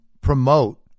promote